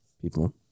people